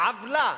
עוולה,